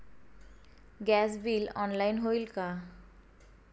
Gas bill online होईल का?